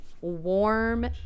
warm